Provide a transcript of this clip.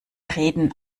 reden